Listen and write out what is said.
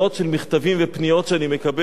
מכתבים ופניות שאני מקבל: